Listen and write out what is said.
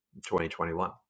2021